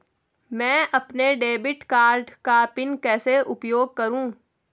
मैं अपने debit card का पिन कैसे उपयोग करूँ?